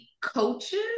coaches